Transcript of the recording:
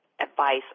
advice